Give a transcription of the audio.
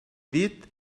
dit